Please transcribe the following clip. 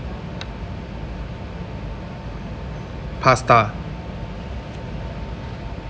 pasta